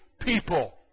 people